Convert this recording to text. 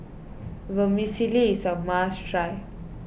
Vermicelli is a must try